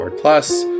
plus